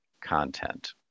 content